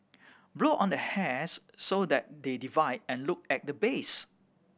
blow on the hairs so that they divide and look at the base